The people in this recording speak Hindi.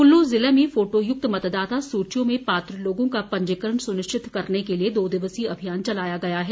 कुल्लू ज़िले में फोटोयुक्त मतदाता सूचियों में पात्र लोगों का पंजीकरण सुनिश्चित करने के लिए दो दिवसीय अभियान चलाया गया है